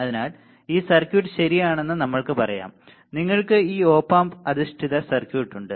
അതിനാൽ ഈ സർക്യൂട്ട് ശരിയാണെന്ന് നമ്മൾക്ക് പറയാം നിങ്ങൾക്ക് ഈ ഓപ് ആമ്പ് അധിഷ്ഠിത സർക്യൂട്ട് ഉണ്ട്